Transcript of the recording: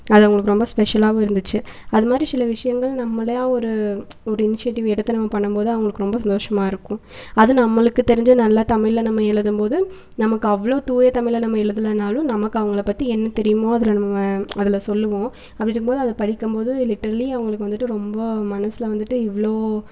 அது அவங்களுக்கு ரொம்ப ஸ்பெஷலாகவும் இருந்துச்சு அது மாதிரி சில விஷயங்கள் நம்மளையா ஒரு ஒரு இனிஷியேட்டிவ் எடுத்து நம்ம பண்ணும்போது அவங்களுக்கு ரொம்ப சந்தோஷமாக இருக்கும் அதுவும் நம்மளுக்கு தெரிஞ்ச நல்லா தமிழில் நம்ம எழுதும்போது நமக்கு அவ்வளோ தூய தமிழில் நம்ம எழுதலனாலும் நமக்கு அவங்கள பற்றி என்ன தெரியுமோ அதில் நம்ம அதில் சொல்லுவோம் அப்படி இருக்கும்போதே அதை படிக்கும்போது லிட்ரலி அவங்களுக்கு வந்துவிட்டு ரொம்ப மனசில் வந்துவிட்டு இவ்வளோ